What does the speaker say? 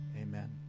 amen